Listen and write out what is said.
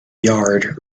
yard